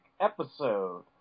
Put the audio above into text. episode